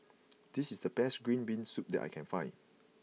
this is the best Green Bean Soup that I can find